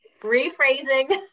rephrasing